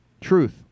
Truth